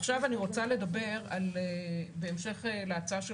עכשיו אני רוצה לדבר בהמשך להצעה של